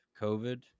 covid